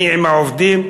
אני עם העובדים,